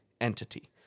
entity